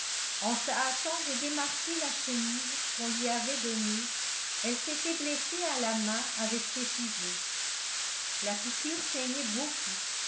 en se hâtant de démarquer la chemise qu'on lui avait donnée elle s'était blessée à la main avec ses ciseaux la piqûre saignait beaucoup